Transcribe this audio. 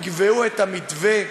יקבעו את המתווה,